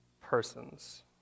persons